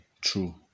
true